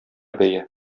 бәя